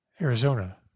Arizona